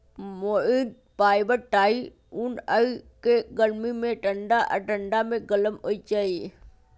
मोहिर fibre शाहि उन हइ के गर्मी में ठण्डा आऽ ठण्डा में गरम होइ छइ